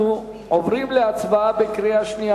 אנחנו עוברים להצבעה בקריאה שנייה.